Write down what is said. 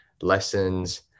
lessons